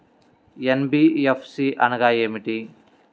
NBFC అనగా ఏమిటీ?